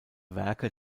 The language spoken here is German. werke